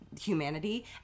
humanity